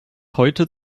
heute